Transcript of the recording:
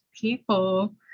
people